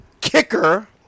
kicker